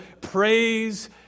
praise